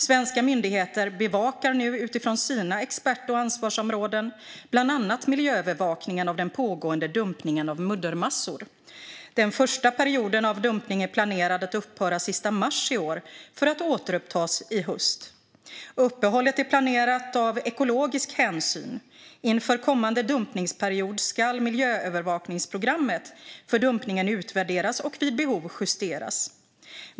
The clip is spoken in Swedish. Svenska myndigheter bevakar nu, utifrån sina expert och ansvarsområden, bland annat miljöövervakningen av den pågående dumpningen av muddermassor. Den första perioden av dumpning är planerad att upphöra den 31 mars i år för att återupptas i höst. Uppehållet är planerat av ekologisk hänsyn. Inför kommande dumpningsperiod ska miljöövervakningsprogrammet för dumpningen utvärderas och vid behov justeras.